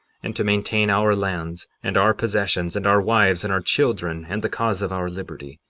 and to maintain our lands, and our possessions, and our wives, and our children, and the cause of our liberty.